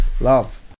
Love